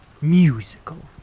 musical